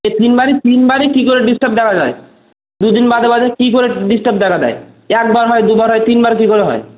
এ তিনবারই তিনবারই কি করে ডিস্টার্ব দেখা যায় দুদিন বাদে বাদে কি করে ডিস্টার্ব দেখা দেয় একবার হয় দুবার হয় তিনবার কি করে হয়